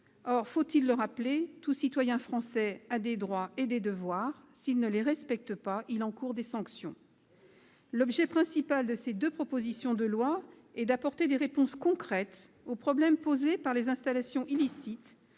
Or, faut-il le rappeler, tout citoyen français a des droits et des devoirs : s'il ne respecte pas ces derniers, il encourt des sanctions. L'objet principal de ces deux propositions de loi est d'apporter des réponses concrètes aux problèmes posés par les installations illicites,